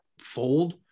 fold